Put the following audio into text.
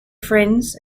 friends